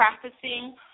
practicing